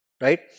Right